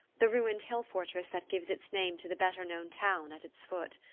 the ruined hill-fortress that gives its name to the better-known town at its foot.